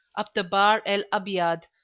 up the bahr el abiad,